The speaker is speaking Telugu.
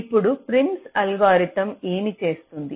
ఇప్పుడు ప్రిమ్స్ అల్గోరిథం ఏమి చేస్తుంది